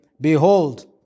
behold